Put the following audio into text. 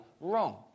Wrong